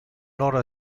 loro